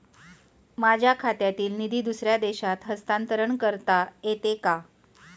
माझ्या खात्यातील निधी दुसऱ्या देशात हस्तांतर करता येते का?